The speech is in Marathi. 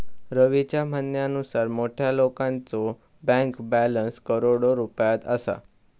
रवीच्या म्हणण्यानुसार मोठ्या लोकांचो बँक बॅलन्स करोडो रुपयात असा